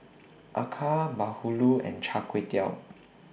Acar Bahulu and Char Kway Teow